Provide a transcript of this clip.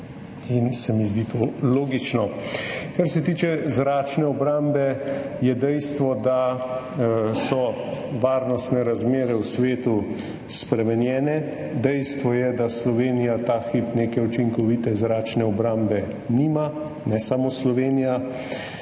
se mi zdi to logično. Kar se tiče zračne obrambe, je dejstvo, da so varnostne razmere v svetu spremenjene. Dejstvo je, da Slovenija ta hip neke učinkovite zračne obrambe nima, ne samo Slovenija,